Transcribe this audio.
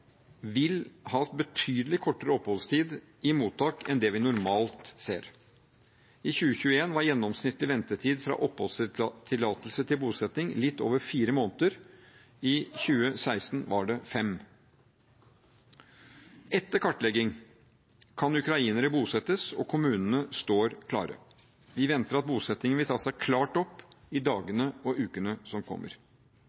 vil ha betydelig kortere oppholdstid i mottak enn det vi normalt ser. I 2021 var gjennomsnittlig ventetid fra oppholdstillatelse til bosetting litt over fire måneder. I 2016 var det fem. Etter kartlegging kan ukrainere bosettes, og kommunene står klare. Vi venter at bosettingen vil ta seg klart opp i